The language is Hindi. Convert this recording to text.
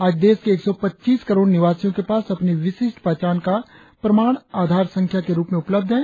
आज देश के एक सौ पच्चीस करोड़ निवासियों के पास अपनी विशिष्ट पहचान का प्रमाण आधार संख्या के रुप में उपलब्ध है